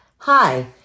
Hi